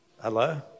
Hello